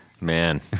Man